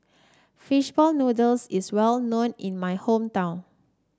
fish ball noodles is well known in my hometown